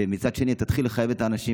ומצד שני תתחיל לחייב את האנשים